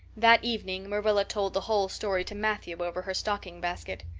that evening marilla told the whole story to matthew over her stocking basket.